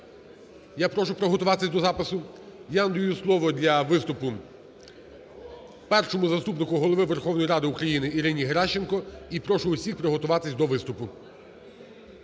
я прошу приготуватись до запису, я надаю слово для виступу Першому заступнику Голови Верховної Ради України Ірині Геращенко. І прошу всіх приготуватись до виступу.